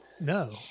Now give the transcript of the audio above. No